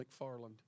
McFarland